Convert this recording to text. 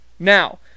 Now